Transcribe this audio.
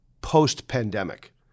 post-pandemic